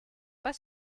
pas